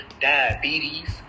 diabetes